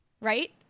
Right